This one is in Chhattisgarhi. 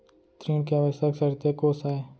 ऋण के आवश्यक शर्तें कोस आय?